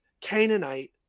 Canaanite